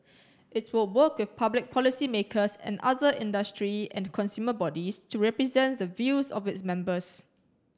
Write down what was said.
it will work with public policymakers and other industry and consumer bodies to represent the views of its members